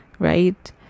right